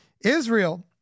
Israel